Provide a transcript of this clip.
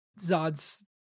Zod's